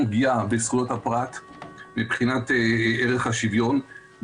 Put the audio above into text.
פגיעה בזכויות הפרט מבחינת ערך השוויון,